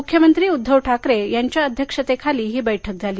मुख्यमंत्री उद्धव ठाकरे यांच्या अध्यक्षतेखाली ही बैठक झाली